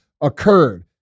occurred